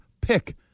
pick